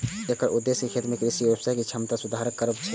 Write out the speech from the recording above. एकर उद्देश्य खेत आ कृषि व्यवसायक दक्षता मे सुधार करब छै